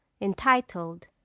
entitled